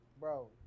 bro